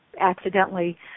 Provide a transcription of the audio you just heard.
accidentally